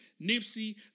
Nipsey